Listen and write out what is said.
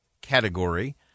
category